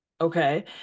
okay